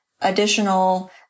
additional